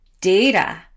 data